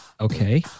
Okay